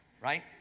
right